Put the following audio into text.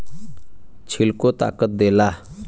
छिलको ताकत देला